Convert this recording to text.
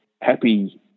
happy